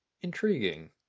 Intriguing